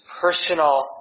personal